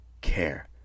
care